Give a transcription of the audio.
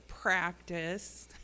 practice